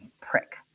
prick